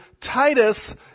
Titus